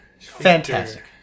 Fantastic